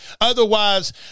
Otherwise